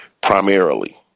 primarily